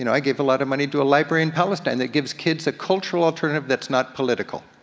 you know i gave a lot of money to a library in palestine that gives kids a cultural alternative that's not political,